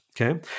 Okay